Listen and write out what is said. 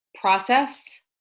process